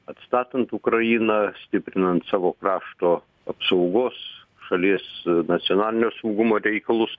atstatant ukrainą stiprinant savo krašto apsaugos šalies nacionalinio saugumo reikalus